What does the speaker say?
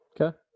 Okay